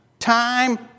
Time